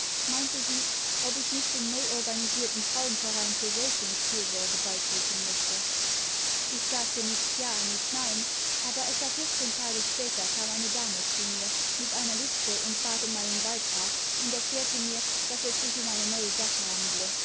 meinte sie ob ich nicht dem neuorganisierten frauenverein für säuglingsfürsorge beitreten möchte ich sagte nicht ja nicht nein aber etwa vierzehn tage später kam eine dame zu mir mit einer liste und bat um einen beitrag und erklärte mir daß es sich um eine neue sache handle